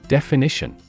Definition